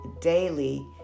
daily